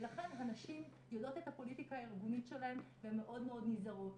ולכן הנשים יודעות את הפוליטיקה הארגונית שלהן והן מאוד מאוד נזהרות.